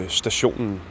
stationen